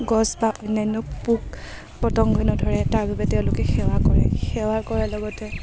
গছ বা অন্যান্য পোক পতংগই নধৰে তাৰবাবে তেওঁলোকে সেৱা কৰে সেৱা কৰাৰ লগতে